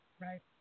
Right